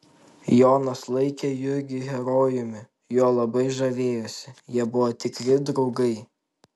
jonas laikė jurgį herojumi juo labai žavėjosi jie buvo tikri draugai